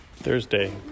Thursday